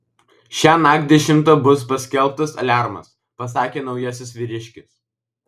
šiąnakt dešimtą bus paskelbtas aliarmas pasakė naujasis vyriškis